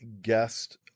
guest